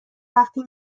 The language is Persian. وقتی